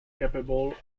capable